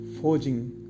forging